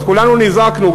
אז כולנו נזעקנו,